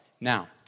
now